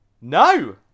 No